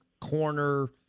corner